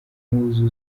impuzu